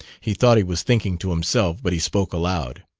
he thought he was thinking to himself, but he spoke aloud.